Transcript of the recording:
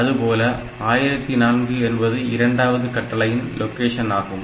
அதுபோல 1004 என்பது இரண்டாவது கட்டளையின் லொகேஷன் ஆகும்